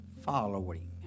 following